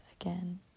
again